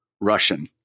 Russian